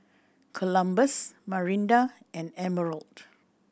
Columbus Marinda and Emerald